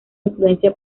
influencia